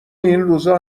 اینروزا